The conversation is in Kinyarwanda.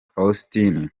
faustin